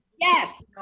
yes